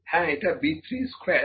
হ্যাঁ এটা B3 square